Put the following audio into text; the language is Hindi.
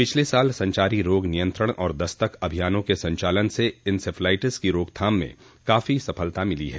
पिछले साल संचारी रोग नियंत्रण और दस्तक अभियानों के संचालन से इंसेफलाइटिस की रोकथाम में काफी सफलता मिली है